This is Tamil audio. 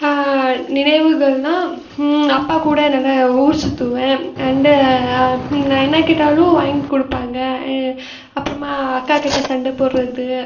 நினைவுகள்னால் அப்பா கூட நல்ல ஊர் சுற்றுவேன் அண்டு நான் என்ன கேட்டாலும் வாங்கி கொடுப்பாங்க அப்புறமா அக்காக்கிட்ட சண்டை போடுறது